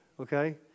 okay